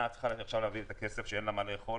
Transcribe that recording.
שהיא צריכה להעביר את הכסף כשאין לה מה לאכול